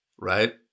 right